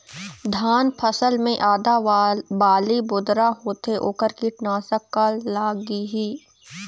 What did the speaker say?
धान फसल मे आधा बाली बोदरा होथे वोकर कीटनाशक का लागिही?